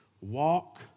walk